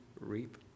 reap